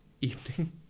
evening